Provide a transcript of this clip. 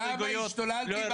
לא.